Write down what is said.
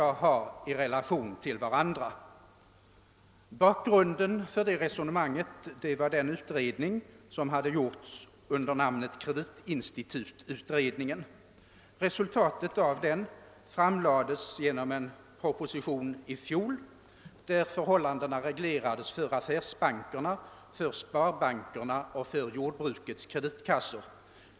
Bakgrunden för det resonemanget var den utredning som hade gjorts under namnet kreditinstitututredningen. Resultatet av den framlades i proposition i fjol. Där reglerades förhållandena för affärsbankerna, för sparbankerna och för jordbrukets kreditkassor.